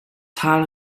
tal